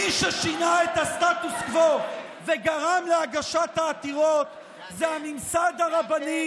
מי ששינה את הסטטוס קוו וגרם להגשת העתירות זה הממסד הרבני,